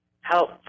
help